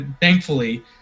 thankfully –